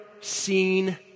seen